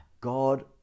God